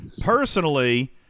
personally